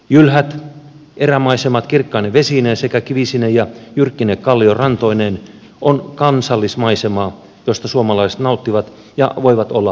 jylhät erämaisemat kirkkaine vesineen sekä kivisine ja jyrkkine kalliorantoineen ovat kansallismaisemaa josta suomalaiset nauttivat ja voivat olla ylpeitä